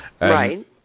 Right